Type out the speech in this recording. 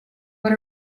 what